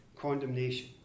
condemnation